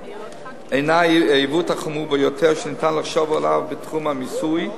אינה העיוות החמור ביותר שניתן לחשוב עליו בתחום המיסוי,